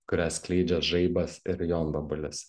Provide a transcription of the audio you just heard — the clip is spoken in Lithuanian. kurią skleidžia žaibas ir jonvabalis